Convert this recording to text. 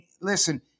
listen